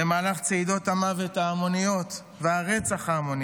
במהלך צעדות המוות ההמוניות והרצח ההמוני